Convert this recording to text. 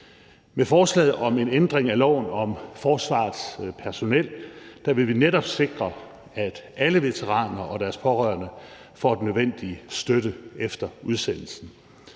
Med forslaget om en ændring af loven om forsvarets personel vil vi netop sikre, at alle veteraner og deres pårørende får den nødvendige støtte efter udsendelsen.